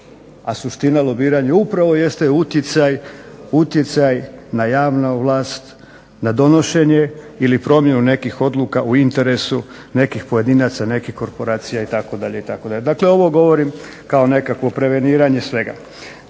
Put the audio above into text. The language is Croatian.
a suština lobiranja upravo jeste utjecaj na javnu ovlast, na donošenje ili promjenu nekih odluka u interesu nekih pojedinaca, nekih korporacija itd. itd. Dakle, ovo govorim kao nekakvo preveniranje svega.